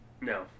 No